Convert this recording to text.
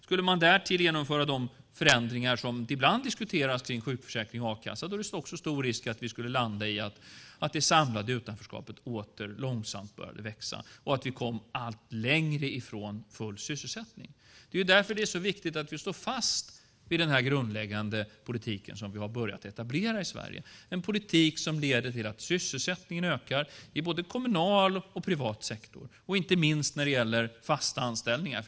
Skulle man därtill genomföra de förändringar som ibland diskuteras kring sjukförsäkring och a-kassa är det också stor risk att vi skulle landa i att det samlade utanförskapet åter långsamt började växa och att vi kom allt längre ifrån full sysselsättning. Det är därför det är så viktigt att vi står fast vid den grundläggande politik vi har börjat etablera i Sverige - en politik som leder till att sysselsättningen ökar i både kommunal och privat sektor, inte minst när det gäller fasta anställningar.